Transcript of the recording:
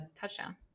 touchdown